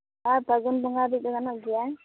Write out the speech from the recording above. ᱦᱮᱸ ᱯᱷᱟᱹᱜᱩᱱ ᱵᱚᱸᱜᱟ ᱦᱟᱹᱵᱤᱡᱫᱚ ᱜᱟᱱᱚᱜ ᱜᱮᱭᱟ